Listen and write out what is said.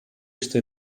este